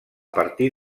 partir